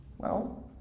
well,